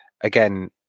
again